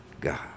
God